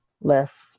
left